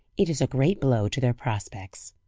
it is a great blow to their prospects.